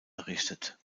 errichtet